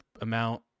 amount